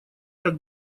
так